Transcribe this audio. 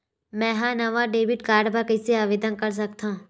मेंहा नवा debit card बर कैसे आवेदन कर सकथव?